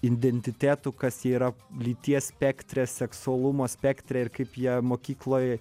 identitetų kas yra lyties spektre seksualumo spektre ir kaip jie mokykloj